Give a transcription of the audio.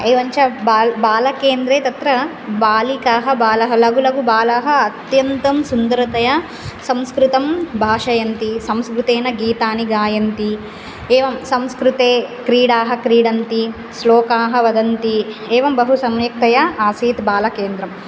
एवं च बाल् बालकेन्द्रे तत्र बालिकाः बालः लघु लघु बालाः अत्यन्तं सुन्दरतया संस्कृतं भाषयन्ति संस्कृतेन गीतानि गायन्ति एवं संस्कृते क्रीडाः क्रीडन्ति श्लोकाः वदन्ति एवं बहु सम्यक्तया आसीत् बालकेन्द्रं